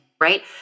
right